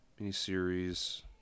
miniseries